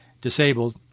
disabled